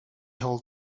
hold